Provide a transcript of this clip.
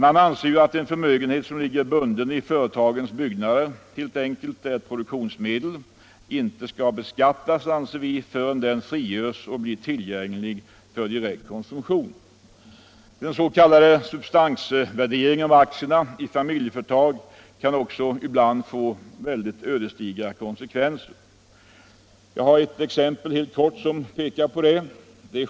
En förmögenhet som ligger bunden i företagets byggnader och produktionsmedel skall inte beskattas, anser vi, förrän den frigörs och blir tillgänglig för direkt konsumtion. Den s.k. substansvärderingen av aktierna i familjeföretag kan också ibland få ödesdigra konsekvenser. Jag har ett exempel som pekar på det.